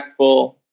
impactful